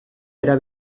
era